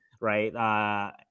Right